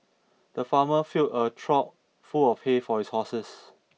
the farmer filled a trough full of hay for his horses